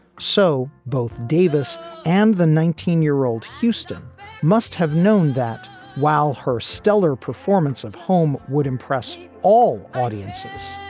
so both davis and the nineteen year old houston must have known that while her stellar performance of home would impress all audiences,